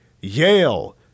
Yale